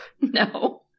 No